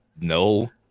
No